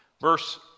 Verse